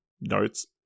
notes